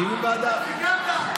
אז סיכמת.